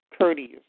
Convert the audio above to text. courteous